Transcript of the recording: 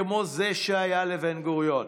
כמו זו שהייתה לבן-גוריון.